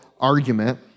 argument